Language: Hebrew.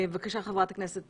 בבקשה, חברת הכנסת